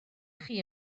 chi